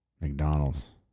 McDonald's